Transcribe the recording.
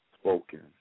spoken